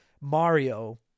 Mario